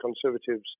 Conservatives